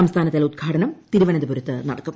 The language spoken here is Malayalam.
സംസ്ഥാനതല ഉദ്ഘാടനം തിരുവനന്തപുരത്ത് നടക്കും